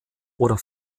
oder